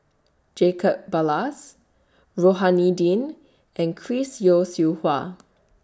Jacob Ballas Rohani Din and Chris Yeo Siew Hua